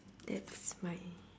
that's my